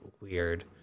weird